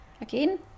Again